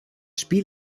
spiel